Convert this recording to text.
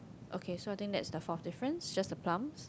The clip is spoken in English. okay so I think that's the fourth difference just the plums